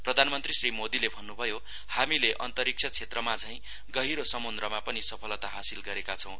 प्रधानमन्त्री श्री मोदीले भन्नभयो हामीले अन्तरिक्ष क्षेत्रमाझैं गहिलो समुद्रमा पनि सफलता हासिल गरेका छौं